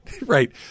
right